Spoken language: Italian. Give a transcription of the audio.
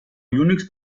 unix